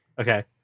Okay